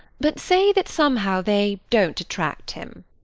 but say that somehow they don't attract him.